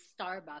Starbucks